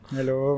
Hello